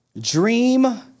Dream